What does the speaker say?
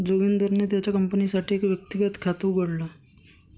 जोगिंदरने त्याच्या कंपनीसाठी एक व्यक्तिगत खात उघडले